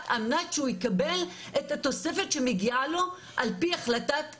על מנת שהוא יקבל את התוספת שמגיעה לו על פי החלטת ממשלה?